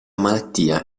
malattia